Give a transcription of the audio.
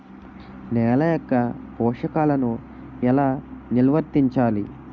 నెల యెక్క పోషకాలను ఎలా నిల్వర్తించాలి